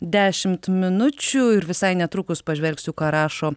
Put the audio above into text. dešim minučių ir visai netrukus pažvelgsiu ką rašo